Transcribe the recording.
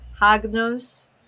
hagnos